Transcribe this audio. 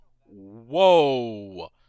whoa